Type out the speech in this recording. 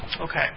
Okay